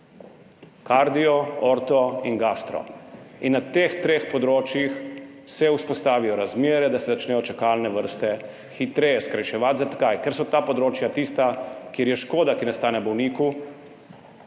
kardio, orto in gastro, in na teh treh področjih se vzpostavijo razmere, da se začnejo čakalne vrste hitreje skrajševati. Zakaj? Ker so ta področja tista, kjer je škoda, ki nastane bolniku